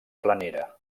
planera